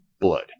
blood